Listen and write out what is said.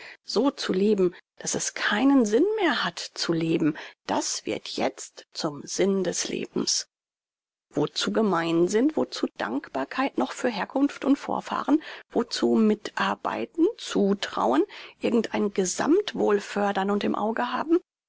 so zu leben daß es keinen sinn mehr hat zu leben das wird jetzt zum sinn des lebens wozu gemeinsinn wozu dankbarkeit noch für herkunft und vorfahren wozu mitarbeiten zutrauen irgend ein gesammtwohl fördern und im auge haben